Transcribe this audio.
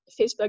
Facebook